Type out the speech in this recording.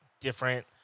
different